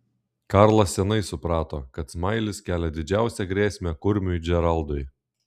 karlas seniai suprato kad smailis kelia didžiausią grėsmę kurmiui džeraldui